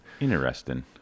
Interesting